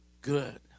good